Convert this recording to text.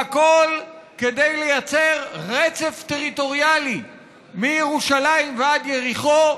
והכול כדי לייצר רצף טריטוריאלי מירושלים ועד יריחו,